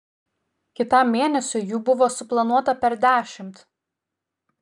kitam mėnesiui jų buvo suplanuota per dešimt